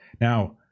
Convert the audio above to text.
now